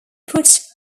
put